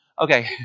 okay